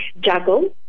juggle